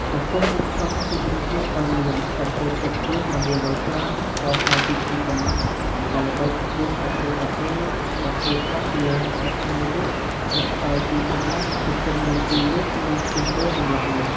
ចំពោះគ្រឿងផ្សំផ្សេងៗទៀតត្រូវមាន សាច់ពោតចិតរួច ៩០០ ក្រាម ស្ករស២ខាំកន្លះ អំបិល ៣ភាគ៤ស្លាបព្រាកាហ្វេ ទឹកដោះគោស្រស់២៥០មីលីលីត្រ ស្លឹកតើយ២សន្លឹក ទឹកចំនួន ២លីត្រនិងខ្ទិះដូង កន្លះលីត្រ។